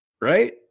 right